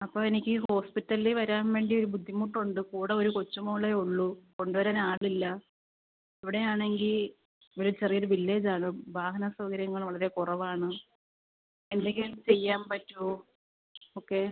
അപ്പോൾ എനിക്ക് ഹോസ്പിറ്റലിൽ വരാൻ വേണ്ടി ഒരു ബുദ്ധിമുട്ടുണ്ട് കൂടെ ഒരു കൊച്ചു മോളേ ഉള്ളൂ കൊണ്ടുവരാൻ ആളില്ല ഇവിടെയാണെങ്കിൽ ഇവിടെ ചെറിയൊരു വില്ലേജ് ആണ് വാഹന സൗകര്യങ്ങൾ വളരെ കുറവാണ് എന്തെങ്കിലും ചെയ്യാൻ പറ്റുമോ ഓക്കെ